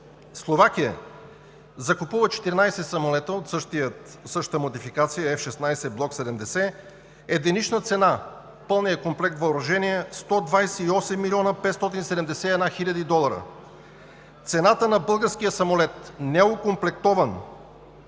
Словакия закупува 14 самолета от същата модификация – F-16 Block 70, с единична цена на пълния комплект въоръжение – 128 млн. 571 хил. долара. Цената на българския самолет – неокомплектован